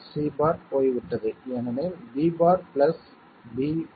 c' போய்விட்டது ஏனெனில் b' b'